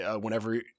whenever